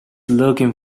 looking